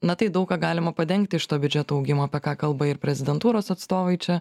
na tai daug ką galima padengti iš to biudžeto augimo apie ką kalba ir prezidentūros atstovai čia